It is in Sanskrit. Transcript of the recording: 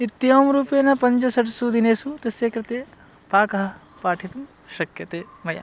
इत्येवं रूपेण पञ्च षट्सु दिनेषु तस्य कृते पाकः पाठितुं शक्यते मया